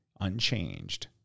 unchanged